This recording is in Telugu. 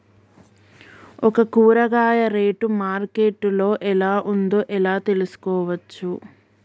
ఒక కూరగాయ రేటు మార్కెట్ లో ఎలా ఉందో ఎలా తెలుసుకోవచ్చు?